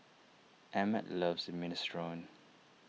Emmet loves Minestrone